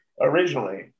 originally